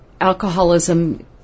alcoholism